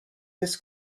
this